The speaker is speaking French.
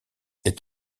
est